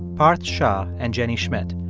parth shah and jenny schmidt.